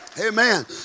Amen